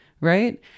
Right